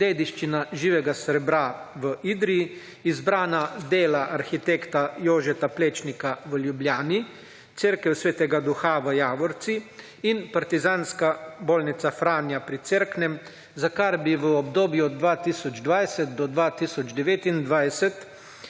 dediščina živega srebra v Idriji, izbrana dela arhitekta Jožeta Plečnika v Ljubljani, cerkev Sv. Duha v Javorcih in Partizanska bolnica Franja pri Cerknem, za kar bi v obdobju od 2020 do 2029